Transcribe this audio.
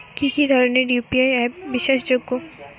কি কি ধরনের ইউ.পি.আই অ্যাপ বিশ্বাসযোগ্য?